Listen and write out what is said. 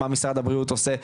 מה משרד הבריאות עושה ועוד,